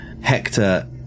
Hector